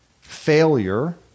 Failure